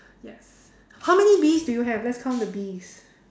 yes how many bees do you have let's count the bees